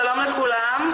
שלום לכולם.